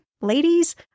ladies